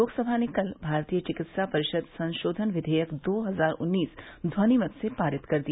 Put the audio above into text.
लोकसभा ने कल भारतीय चिकित्सा परिषद संशोधन विधेयक दो हजार उन्नीस ध्वनिमत से पारित कर दिया